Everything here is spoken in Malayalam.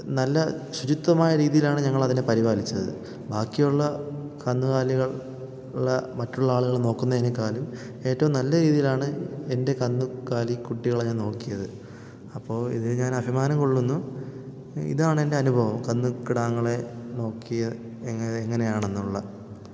നല്ല ശുചിത്വമായ രീതിയിലാണ് ഞങ്ങളതിനെ പരിപാലിച്ചത് ബാക്കിയുള്ള കന്നുകാലികൾ ഉള്ള മറ്റുള്ള ആളുകൾ നോക്കുന്നതിനേക്കാളും ഏറ്റവും നല്ല രീതിയിലാണ് എൻ്റെ കന്നു കാലി കുട്ടികളെ ഞാൻ നോക്കിയത് അപ്പോൾ ഇതിൽ ഞാൻ അഭിമാനം കൊള്ളുന്നു ഇതാണെൻ്റെ അനുഭവം കന്നു കിടാങ്ങളെ നോക്കിയാൽ എങ്ങനെ എങ്ങനെയാണെന്നുള്ള